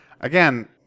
again